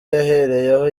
yahereyeho